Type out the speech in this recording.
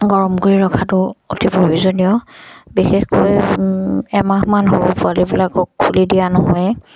গৰম কৰি ৰখাটো অতি প্ৰয়োজনীয় বিশেষকৈ এমাহমান সৰু পোৱালিবিলাকক খুলি দিয়া নহয়